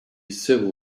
civil